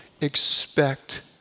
expect